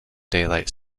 daylight